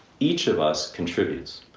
each of us contributes,